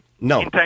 No